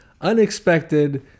unexpected